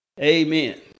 Amen